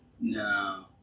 No